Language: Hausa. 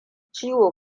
ciwo